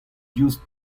diouzh